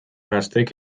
gaztek